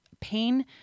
pain